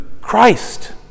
Christ